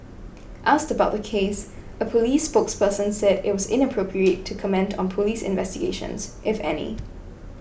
asked about the case a police spokesperson said it was inappropriate to comment on police investigations if any